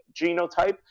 genotype